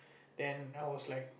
then I was like